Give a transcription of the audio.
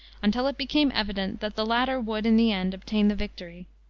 until it became evident that the latter would, in the end, obtain the victory.